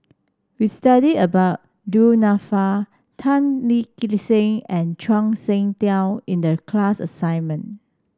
we studied about Du Nanfa Tan Lip Seng and Zhuang Shengtao in the class assignment